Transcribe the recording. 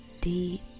deep